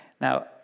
Now